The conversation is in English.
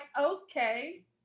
okay